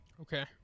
okay